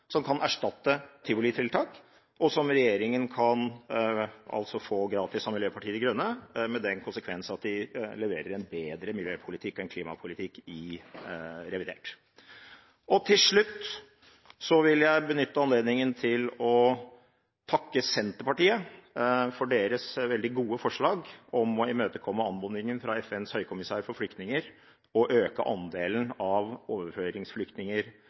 som kan erstatte tivolitiltak, og som regjeringen kan få gratis av Miljøpartiet De Grønne, med den konsekvens at de leverer en bedre miljøpolitikk og klimapolitikk i revidert. Til slutt vil jeg benytte anledningen til å takke Senterpartiet for deres veldig gode forslag om å imøtekomme anmodningen fra FNs høykommissær for flyktninger om å øke andelen av overføringsflyktninger